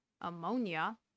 ammonia